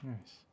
Nice